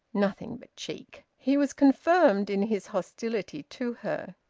nothing but cheek! he was confirmed in his hostility to her.